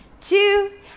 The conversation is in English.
two